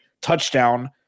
touchdown